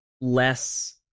less